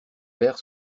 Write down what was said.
verres